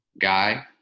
guy